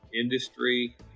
industry